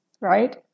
right